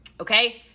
okay